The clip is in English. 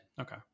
Okay